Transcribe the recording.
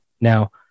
Now